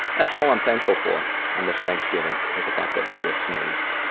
that's all i'm thankful for on this thanksgiving, is the fact that i just sneezed.